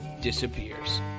disappears